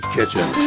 Kitchen